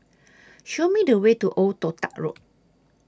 Show Me The Way to Old Toh Tuck Road